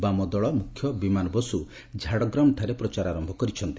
ବାମଦଳ ମୁଖ୍ୟ ବିମାନ ବସୁ ଝାଡ଼ଗ୍ରାମଠାରେ ପ୍ରଚାର ଆରମ୍ଭ କରିଛନ୍ତି